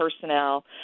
personnel